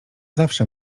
zawsze